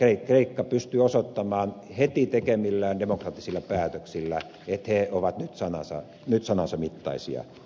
kreikka pystyy osoittamaan heti tekemillään demokraattisilla päätöksillä että he ovat nyt sanansa mittaisia